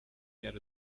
get